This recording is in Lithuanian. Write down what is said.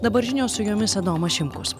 dabar žinios su jomis adomas šimkus